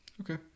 okay